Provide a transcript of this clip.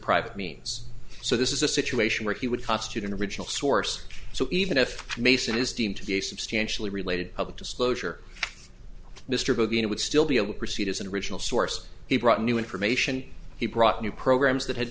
private means so this is a situation where he would constitute an original source so even if mason is deemed to be a substantially related public disclosure mr bobino would still be able to proceed as an original source he brought new information he brought new programs that had